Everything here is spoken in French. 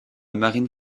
marine